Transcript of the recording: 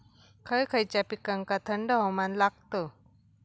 खय खयच्या पिकांका थंड हवामान लागतं?